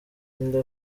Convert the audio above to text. linda